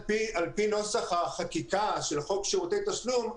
על פי נוסח החקיקה של חוק שירותי תשלום,